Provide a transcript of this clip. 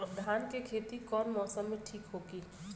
धान के खेती कौना मौसम में ठीक होकी?